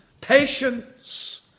Patience